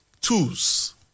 tools